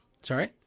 Sorry